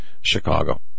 Chicago